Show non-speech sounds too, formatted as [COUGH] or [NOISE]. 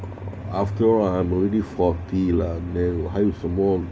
[NOISE] after all I'm already forty lah 还有什么